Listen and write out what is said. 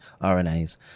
RNAs